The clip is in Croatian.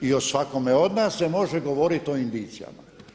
I o svakome od nas se može govoriti o indicijama.